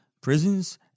prisons